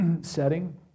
setting